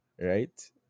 right